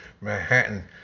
Manhattan